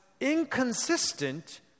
inconsistent